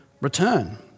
return